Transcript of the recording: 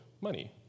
money